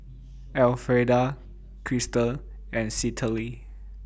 Elfreda Krystal and Citlalli